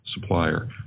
supplier